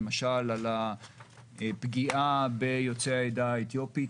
למשל על הפגיעה ביוצאי העדה האתיופית,